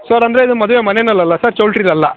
sir ಅಂದರೆ ಇದು ಮದುವೆ ಮನೇನಲ್ಲಲ್ಲ ಸರ್ ಚೌಟ್ರಿಲಲ್ಲ